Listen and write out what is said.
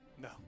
No